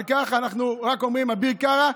אבל על כך אנחנו רק אומרים: אביר קארה,